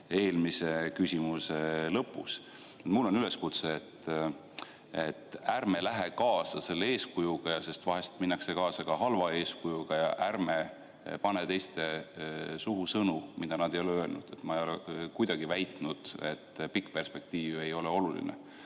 eelmise küsimuse lõpus. Mul on üleskutse, et ärme läheme kaasa selle eeskujuga – vahel minnakse kaasa ka halva eeskujuga – ja ärme paneme teiste suhu sõnu, mida nad ei ole öelnud. Ma ei ole kunagi väitnud, et pikk perspektiiv ei ole oluline.